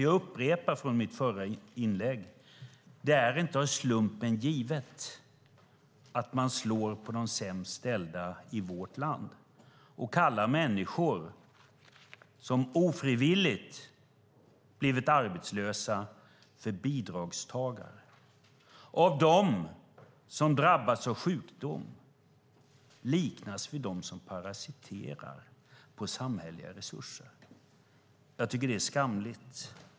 Jag upprepar från mitt förra inlägg: Det är inte av slumpen givet att man slår på de sämst ställda i vårt land, kallar människor som ofrivilligt har blivit arbetslösa "bidragstagare" och liknar dem som drabbas av sjukdom vid dem som parasiterar på samhälleliga resurser. Jag tycker att det är skamligt.